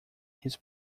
his